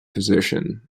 position